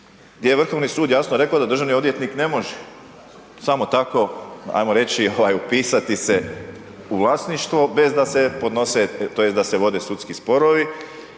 gdje je Vrhovni sud jasno rekao da državni odvjetnik ne može samo tako, ajmo reći, ovaj upisati se u vlasništvo bez da se podnose tj.